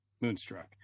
Moonstruck